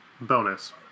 bonus